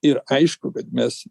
ir aišku kad mes